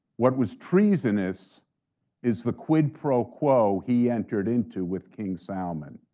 what was treasonous is the quid pro quo he entered into with king salman.